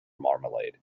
marmalade